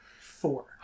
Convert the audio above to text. four